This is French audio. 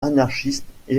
anarchistes